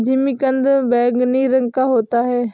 जिमीकंद बैंगनी रंग का होता है